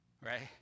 right